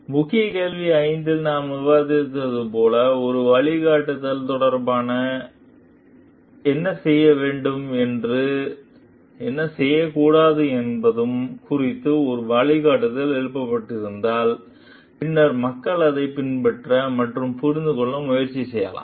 எனவே முக்கிய கேள்வி ஐந்தில் நாம் விவாதித்த போல் ஒரு வழிகாட்டுதல் தொடர்பாக என்ன செய்ய வேண்டும் மற்றும் என்ன செய்ய கூடாது என்பது குறித்து ஒரு வழிகாட்டுதல் எழுதப்பட்டிருந்தால் பின்னர் மக்கள் அதை பின்பற்ற மற்றும் புரிந்து கொள்ள முயற்சி செய்யலாம்